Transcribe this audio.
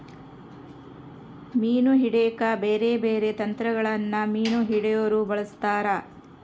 ಮೀನು ಹಿಡೆಕ ಬ್ಯಾರೆ ಬ್ಯಾರೆ ತಂತ್ರಗಳನ್ನ ಮೀನು ಹಿಡೊರು ಬಳಸ್ತಾರ